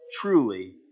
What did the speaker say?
Truly